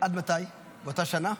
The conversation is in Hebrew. עד מתי, באותה שנה?